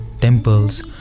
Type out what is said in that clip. temples